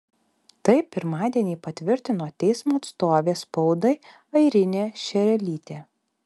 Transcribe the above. tai pirmadienį patvirtino teismo atstovė spaudai airinė šerelytė